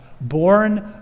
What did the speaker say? born